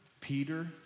Peter